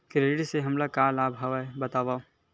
Credit से हमला का लाभ हे बतावव?